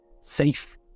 safe